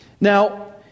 Now